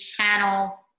channel